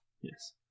Yes